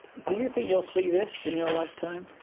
do you think you'll see this in your lifetime?